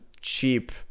cheap